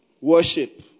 worship